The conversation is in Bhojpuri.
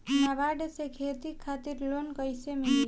नाबार्ड से खेती खातिर लोन कइसे मिली?